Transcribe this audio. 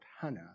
Hannah